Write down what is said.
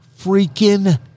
freaking